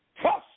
trust